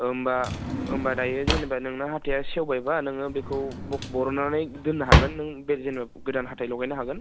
होमब्ला दायो जेनेबा नोंना हाथाइआ सेवबायब्ला नोङो बेखौ बर'ननानै दोननो हागोन नों बे जेनेबा गोदान हाथाइ लगायनो हागोन